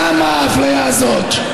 למה האפליה הזאת.